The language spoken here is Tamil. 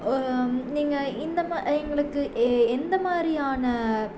நீங்கள் இந்த எங்களுக்கு எந்த மாதிரியான